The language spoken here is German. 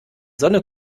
sonne